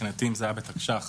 רק באשכולות 1 5,